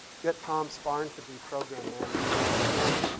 get tom sparn to be program manager. and, again,